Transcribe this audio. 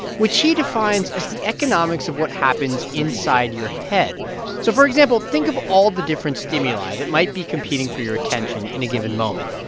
which he defines as the economics of what happens inside your head so for example, think of all the different stimuli that might be competing for your attention in a given moment.